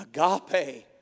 Agape